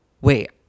wait